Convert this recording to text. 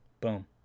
boom